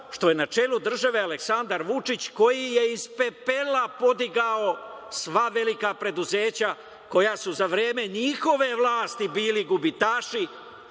što je na čelo države Aleksadar Vučić koji je iz pepela podigao sva velika preduzeća koja su za vreme njihove vlasti bili gubitaši,